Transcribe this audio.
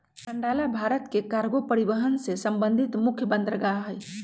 कांडला भारत के कार्गो परिवहन से संबंधित मुख्य बंदरगाह हइ